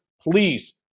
please